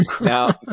Now